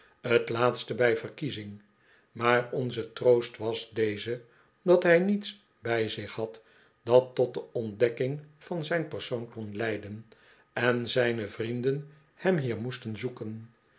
t laatste bij verkiezing maar onze troost was deze dat hij niets bij zich had dat tot de ontdekking van zijn persoon kon leiden en zijne vrienden hem hier moesten zoeken